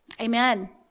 amen